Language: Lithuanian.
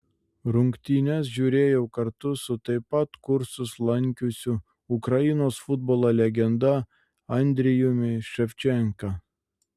rungtynes žiūrėjau kartu su taip pat kursus lankiusiu ukrainos futbolo legenda andrijumi ševčenka